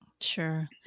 Sure